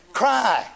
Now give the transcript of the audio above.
cry